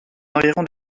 environs